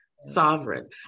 sovereign